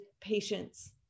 patience